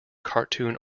cartoon